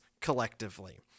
collectively